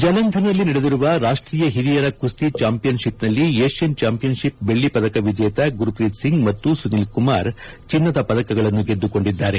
ಜಲಂದರ್ನಲ್ಲಿ ನಡೆದಿರುವ ರಾಷ್ಲೀಯ ಹಿರಿಯರ ಕುಸ್ತಿ ಚಾಂಪಿಯನ್ಶಿಪ್ನಲ್ಲಿ ಏಷ್ಲನ್ ಚಾಂಪಿಯನ್ಶಿಪ್ ಬೆಳ್ಲಿ ಪದಕ ವಿಜೇತ ಗುರ್ಪ್ರೀತ್ಸಿಂಗ್ ಮತ್ತು ಸುನಿಲ್ ಕುಮಾರ್ ಚಿನ್ನದ ಪದಕಗಳನ್ನು ಗೆದ್ದುಕೊಂಡಿದ್ದಾರೆ